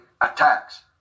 attacks